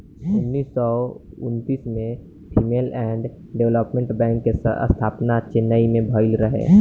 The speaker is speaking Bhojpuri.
उन्नीस सौ उन्तीस में फीमेल एंड डेवलपमेंट बैंक के स्थापना चेन्नई में भईल रहे